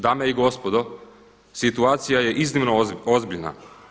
Dame i gospodo, situacija je iznimno ozbiljna.